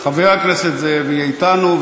חבר הכנסת זאב יהיה אתנו,